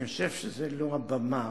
אני חושב שזה לא הבמה